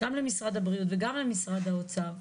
גם למשרד הבריאות וגם למשרד האוצר,